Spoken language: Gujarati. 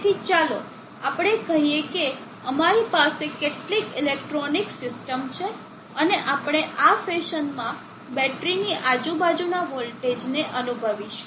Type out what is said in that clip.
તેથી ચાલો આપણે કહીએ કે અમારી પાસે કેટલીક ઇલેક્ટ્રોનિક સિસ્ટમ છે અને આપણે આ ફેશનમાં બેટરીની આજુબાજુના વોલ્ટેજને અનુભવીશું